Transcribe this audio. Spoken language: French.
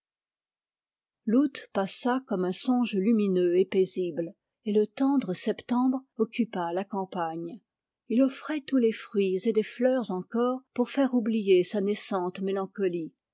l'août passa comme un songe lumineux et paisible et le tendre septembre occupa la campagne il offrait tous les fruits et des fleurs encore pour faire oublier sa naissante mélancolie